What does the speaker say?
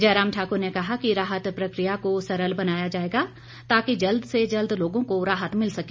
जयराम ठाक्र ने कहा कि राहत प्रक्रिया को सरल बनाया जाएगा ताकि जल्द से जल्द लोगों को राहत मिल सके